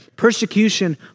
persecution